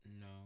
No